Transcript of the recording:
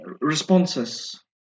Responses